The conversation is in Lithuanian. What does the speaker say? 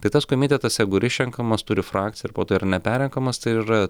tai tas komitetas jeigu ir išrenkamas turi frakciją ir po to yra neperrenkamas tai ir yra